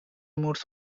modes